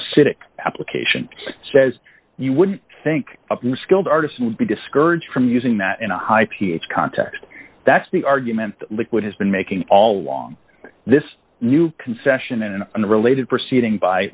acidic application says you wouldn't think i'm skilled artist would be discouraged from using that in a high ph context that's the argument that liquid has been making all along this new concession in an unrelated proceeding by